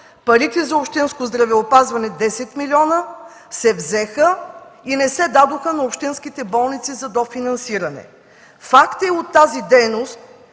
парите за общинско здравеопазване – 10 милиона, се взеха и не се дадоха на общинските болници за дофинансиране. Факт от тази дейност